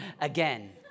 again